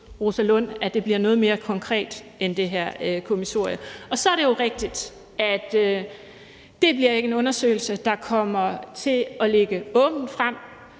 Rosa Lund bliver noget mere konkret end det her kommissorie. Så er det jo rigtigt, at det ikke bliver en undersøgelse, der kommer til at ligge åbent frem.